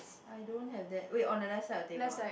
I don't have that wait on the left side of the table ah